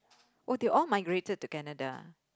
orh they all migrated to Canada